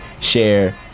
share